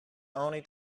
only